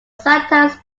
sometimes